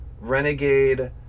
Renegade